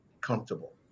comfortable